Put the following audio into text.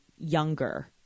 younger